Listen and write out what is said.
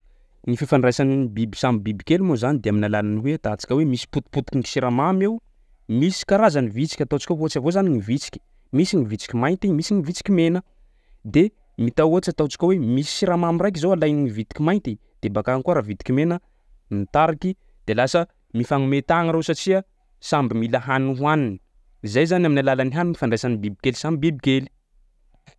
Ny fifandraisan'ny biby samby bibikely moa zany de amin'ny alalan'ny hoe atantsika hoe misy potipotiky gny siramamy eo misy karazany vitsika ataontsika ohatsy avao zany ny vitsika misy ny vitsiky mainty misy ny vitsiky mena de mita- ohatra ataontsika hoe misy siramamy raiky zao alain'ny vitiky mainty de baka agny koa ravitiky mena mitariky de lasa mifagnome tagna reo satria samby mila hany hohany, zay zany amin'ny alalan'ny hany ifandraisan'ny bibikely samby bibikely.